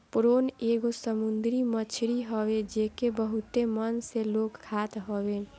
prawn एगो समुंदरी मछरी हवे जेके बहुते मन से लोग खात हवे